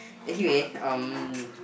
anyway um